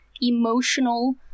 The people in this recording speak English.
emotional